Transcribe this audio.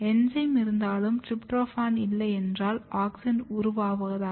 enzyme இருந்தாலும் tryptophan இல்லை என்றால் ஆக்ஸின் உருவாகாது